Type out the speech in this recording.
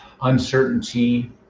uncertainty